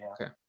Okay